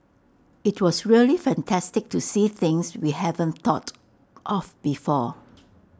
IT was really fantastic to see things we haven't thought of before